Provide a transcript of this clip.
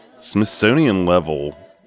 Smithsonian-level